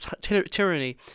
tyranny